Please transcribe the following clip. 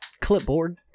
clipboard